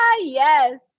Yes